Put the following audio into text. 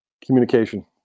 communication